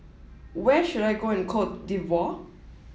where should I go in Cote d'Ivoire